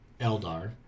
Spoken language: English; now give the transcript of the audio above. Eldar